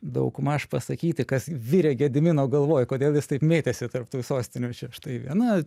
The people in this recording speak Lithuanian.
daug maž pasakyti kas virė gedimino galvoj kodėl jis taip mėtėsi tarp tų sostinių čia štai viena